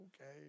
okay